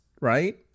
right